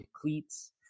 cleats